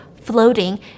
floating